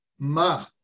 Ma